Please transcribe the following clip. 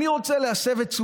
להגיע להסכמות בעניין הזה.